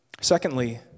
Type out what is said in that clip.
Secondly